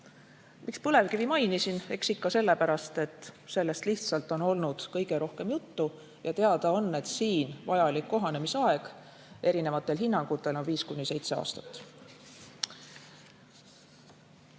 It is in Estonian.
Miks põlevkivi mainisin? Eks ikka sellepärast, et sellest lihtsalt on olnud kõige rohkem juttu ja teada on, et siin vajalik kohanemisaeg erinevatel hinnangutel on viis